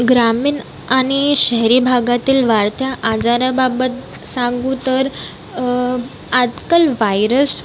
ग्रामीण आणि शहरी भागातील वाढत्या आजाराबाबत सांगू तर आजकाल वायरस